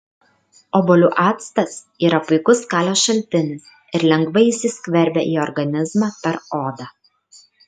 obuolių actas yra puikus kalio šaltinis ir lengvai įsiskverbia į organizmą per odą